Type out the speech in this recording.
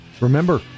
Remember